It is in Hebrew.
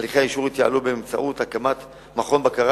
הליכי האישור התייעלו באמצעות הקמת מכון בקרה,